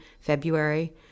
February